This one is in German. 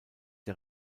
der